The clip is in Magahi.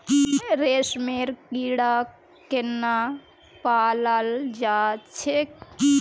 रेशमेर कीड़ाक केनना पलाल जा छेक